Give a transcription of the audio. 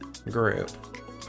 group